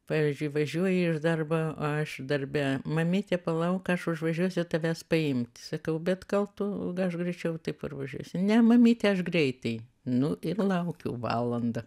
pavyzdžiui važiuoji iš darbo aš darbe mamyte palauk aš užvažiuosiu tavęs paimt sakau bet gal tu greičiau taip parvažiuosi ne mamyte aš greitai nu ir laukiu valandą